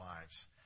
lives